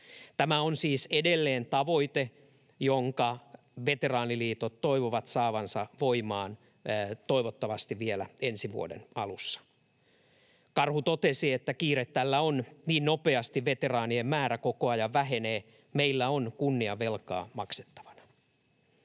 Tämä on siis edelleen tavoite, jonka veteraaniliitot toivovat saavansa voimaan, toivottavasti vielä ensi vuoden alussa. Karhu totesi, että kiire tällä on, niin nopeasti veteraanien määrä koko ajan vähenee. Meillä on kunniavelkaa maksettavana.